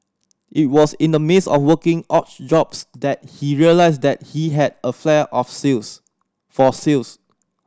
it was in the midst of working odd jobs that he realised that he had a flair of sales for sales